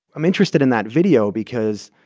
i'm interested in that video because,